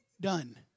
Done